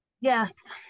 Yes